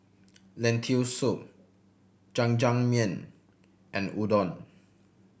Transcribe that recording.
Lentil Soup Jajangmyeon and Udon